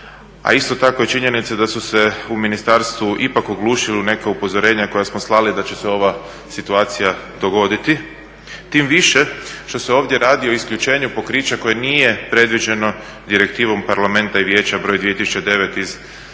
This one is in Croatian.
A isto tako je činjenica da su se u ministarstvu ipak oglušili u neka upozorenja koja smo slali da će se ova situacija dogoditi tim više što se ovdje radi o isključenju pokrića koje nije predviđeno direktivom Parlamenta i Vijeća broj 2009 iz, pardon